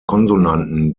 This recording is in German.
konsonanten